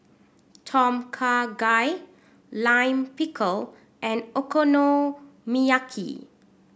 Tom Kha Gai Lime Pickle and Okonomiyaki